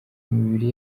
imibiri